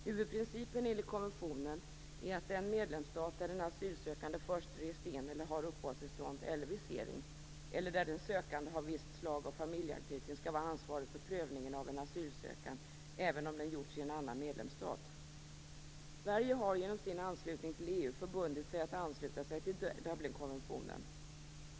Huvudprincipen enligt konventionen är att den medlemsstat där den asylsökande först rest in eller har uppehållstillstånd eller visering eller där sökanden har visst slag av familjeanknytning skall vara ansvarig för prövningen av en asylansökan, även om den gjorts i en annan medlemsstat. Sverige har genom sin anslutning till EU förbundit sig att ansluta sig till Dublinkonventionen.